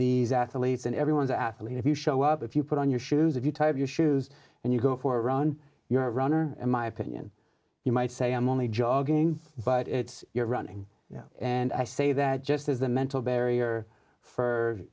these athletes and everyone's athlete if you show up if you put on your shoes if you type your shoes and you go for a run you're a runner in my opinion you might say i'm only jogging but it's your running and i say that just as the mental barrier for